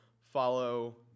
follow